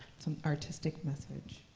some artistic message.